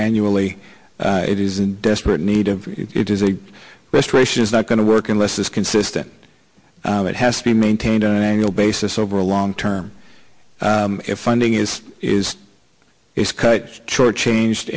annually it is in desperate need of it is a restoration is not going to work unless it's consistent and it has to be maintained an annual basis over a long term funding is is is cut short changed